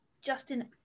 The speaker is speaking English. Justin